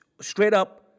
straight-up